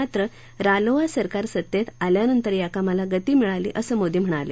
मात्र रालोआ सरकार सत्तेत आल्यानंतर या कामाला गती मिळाली असं मोदी म्हणाले